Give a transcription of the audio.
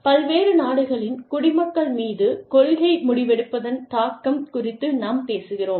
பல்வேறு நாடுகளின் குடிமக்கள் மீது கொள்கை முடிவெடுப்பதன் தாக்கம் குறித்து நாம் பேசுகிறோம்